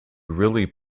really